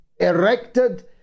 erected